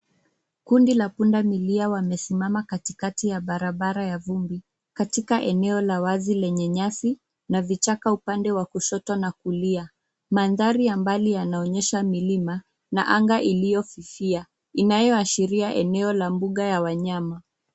Kundi la pundamilia wamesimama katikati ya barabara ya vumbi, katika eneo la wazi lenye nyasi, na vichaka upande wa kushoto na kulia. Mandhari ya mbali yanaonyesha milima, na anga iliyo fifia, inayoashiria eneo la mbuga wa wanyama.